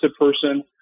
person